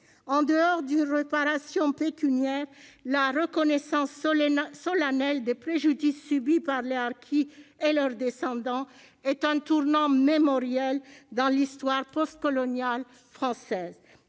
En dehors d'une réparation pécuniaire, la reconnaissance solennelle des préjudices subis par les harkis et par leurs descendants est un tournant mémoriel dans l'histoire postcoloniale française.